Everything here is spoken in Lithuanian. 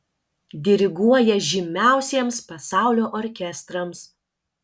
diriguoja žymiausiems pasaulio orkestrams